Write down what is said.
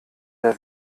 der